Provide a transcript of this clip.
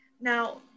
Now